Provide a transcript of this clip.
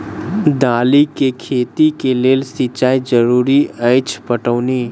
दालि केँ खेती केँ लेल सिंचाई जरूरी अछि पटौनी?